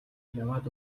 яваад